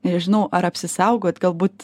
nežinau ar apsisaugot galbūt